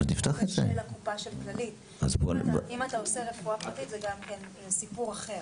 אם אתה עושה רפואה פרטית זה גם כן סיפור אחר.